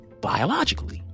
Biologically